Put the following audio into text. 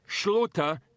Shluta